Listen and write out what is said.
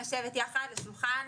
לשבת יחד לשולחן,